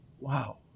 Wow